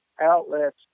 outlets